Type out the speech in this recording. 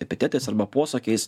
epitetais arba posakiais